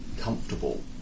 comfortable